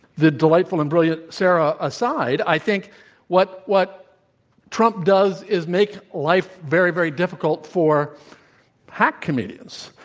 the delightful and brilliant sara aside, i think what what trump does is make life very, very difficult for hack comedians,